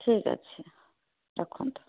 ଠିକ୍ ଅଛି ରଖନ୍ତୁ